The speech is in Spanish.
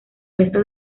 resto